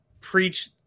preach